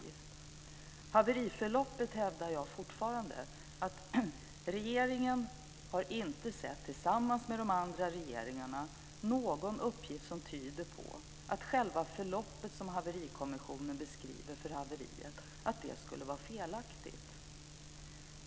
När det gäller haveriförloppet hävdar jag fortfarande att regeringen tillsammans med de andra regeringarna inte har sett någon uppgift som tyder på att själva förloppet för haveriet som Haverikommissionen beskriver skulle vara felaktigt.